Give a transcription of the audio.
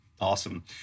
Awesome